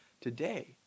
today